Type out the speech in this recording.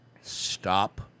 stop